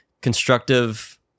constructive